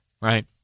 right